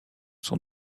sont